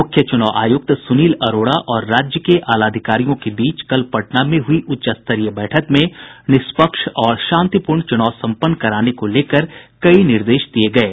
मूख्य चूनाव आयुक्त सुनील अरोड़ा और राज्य के आलाधिकारियों के बीच कल पटना में हुई उच्चस्तरीय बैठक में निष्पक्ष और शांतिपूर्ण चुनाव समपन्न कराने को लेकर कई निर्देश दिये गये